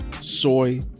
soy